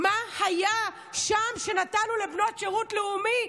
מה היה שם שנתנו לבנות שירות לאומי,